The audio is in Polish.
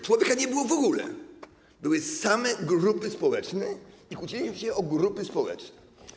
Człowieka nie było w ogóle, były same grupy społeczne i kłóciliśmy się o grupy społeczne.